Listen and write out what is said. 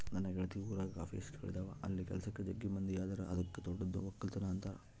ನನ್ನ ಗೆಳತಿ ಊರಗ ಕಾಫಿ ಎಸ್ಟೇಟ್ಗಳಿದವ ಅಲ್ಲಿ ಕೆಲಸಕ್ಕ ಜಗ್ಗಿ ಮಂದಿ ಅದರ ಅದಕ್ಕ ತೋಟದ್ದು ವಕ್ಕಲತನ ಅಂತಾರ